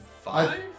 five